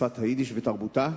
שפת היידיש ותרבותה.